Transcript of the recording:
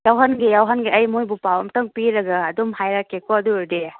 ꯌꯥꯎꯍꯟꯒꯦ ꯌꯥꯎꯍꯟꯒꯦ ꯑꯩ ꯃꯈꯣꯏꯕꯨ ꯄꯥꯎ ꯑꯃꯨꯛꯇꯪ ꯄꯤꯔꯒ ꯑꯗꯨꯝ ꯍꯥꯏꯔꯀꯀꯦꯀꯣ ꯑꯗꯨ ꯑꯣꯏꯔꯗꯤ